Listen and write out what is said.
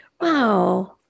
wow